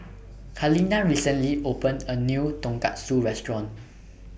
Kaleena recently opened A New Tonkatsu Restaurant